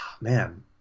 Man